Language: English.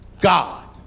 God